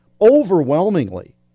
overwhelmingly